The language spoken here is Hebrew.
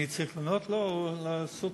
אני צריך לענות לו או גם לסמוטריץ?